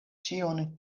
ĉion